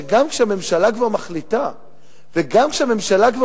שגם כשהממשלה כבר מחליטה וגם כשהממשלה כבר